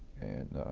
and